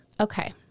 Okay